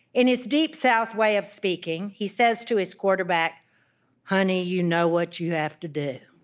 in his deep-south way of speaking, he says to his quarterback honey, you know what you have to do.